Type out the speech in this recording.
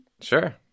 Sure